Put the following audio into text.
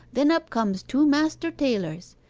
then up comes two master tailors.